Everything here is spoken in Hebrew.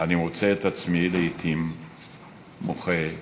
אני מוצא את עצמי לעתים מוחה דמעה,